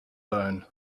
bone